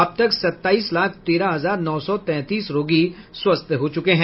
अब तक सत्ताईस लाख तेरह हजार नौ सौ तैंतीस रोगी स्वस्थ हो चुके हैं